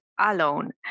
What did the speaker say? alone